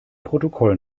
protokoll